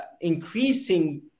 increasing